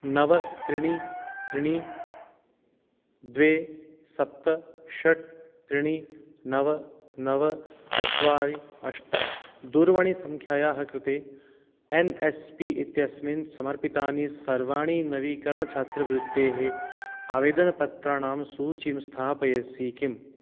नव त्रीणि त्रीणि द्वे सप्त षट् त्रीणि नव नव चत्वारि अष्ट दूरवाणीसङ्ख्यायाः कृते एन् एस् पि इत्यस्मिन् समर्पितानि सर्वाणि नवीकरणछात्रवृत्तेः आवेदनपत्राणां सूचीं स्थापयसि किम्